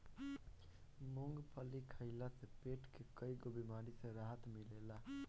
मूंगफली खइला से पेट के कईगो बेमारी से राहत मिलेला